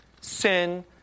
sin